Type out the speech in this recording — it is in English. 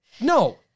No